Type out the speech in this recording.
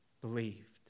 Believed